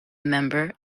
member